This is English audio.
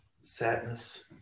Sadness